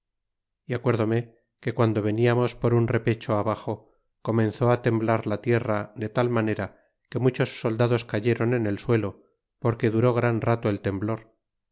y acuerdome que guando veniarnos por un repecho abax o comenzó á temblar la tierra de tal manera que muchos soldados cayeron en el suelo porque duró gran rato el temblor